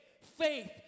faith